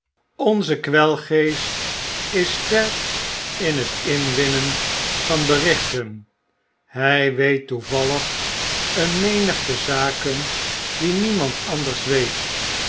onze kwelgeest is sterk in het inwinnen van berichten hij weet toeyallig een menigte zaken die niemand anders weet